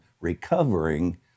recovering